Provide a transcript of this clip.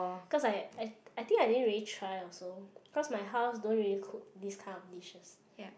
cause I I I think I didn't really try also cause my house don't really cook this kind of dishes